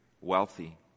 wealthy